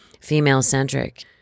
female-centric